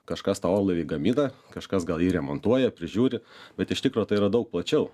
kažkas tą orlaivį gamina kažkas gal jį remontuoja prižiūri bet iš tikro tai yra daug plačiau